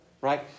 Right